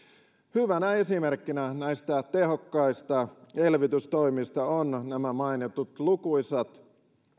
hyvänä esimerkkinä näistä tehokkaista elvytystoimista ovat nämä mainitut lukuisat